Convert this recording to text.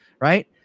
right